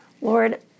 Lord